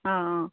অঁ অঁ